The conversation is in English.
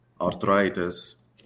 arthritis